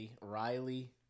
Riley